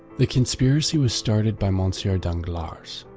the conspiracy was started by monsieur danglars,